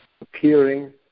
appearing